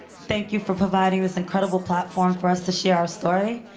thank you for providing this incredible platform for us to share our story.